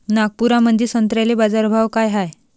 नागपुरामंदी संत्र्याले बाजारभाव काय हाय?